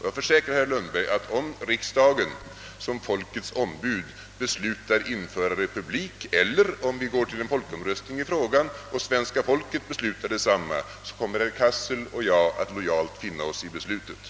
Jag försäkrar herr Lundberg att om riksdagen som folkets ombud beslutar införa republik eller om vi låter frågan gå till en folkomröstning och svenska folket beslutar detsamma, så kommer herr Cassel och jag att lojalt finna oss i detta beslut.